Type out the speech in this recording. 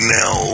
now